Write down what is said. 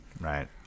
Right